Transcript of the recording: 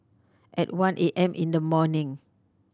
at one A M in the morning